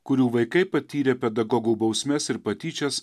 kurių vaikai patyrė pedagogų bausmes ir patyčias